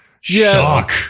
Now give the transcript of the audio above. shock